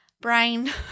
brain